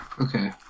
Okay